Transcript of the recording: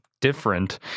different